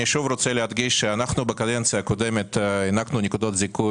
אני שוב רוצה להדגיש שאנחנו בקדנציה הקודמת הענקנו נקודות זיכוי